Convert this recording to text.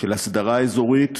של הסדרה אזורית,